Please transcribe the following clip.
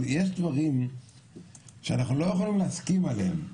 יש דברים שאנחנו לא יכולים להסכים עליהם.